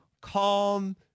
calm